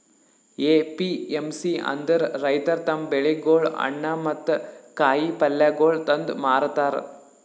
APMC ಅಂದುರ್ ರೈತುರ್ ತಮ್ ಬೆಳಿಗೊಳ್, ಹಣ್ಣ ಮತ್ತ ಕಾಯಿ ಪಲ್ಯಗೊಳ್ ತಂದು ಮಾರತಾರ್